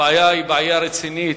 הבעיה היא בעיה רצינית,